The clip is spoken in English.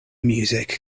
music